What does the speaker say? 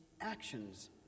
actions